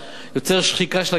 יוצר שחיקה של הכסף,